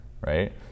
right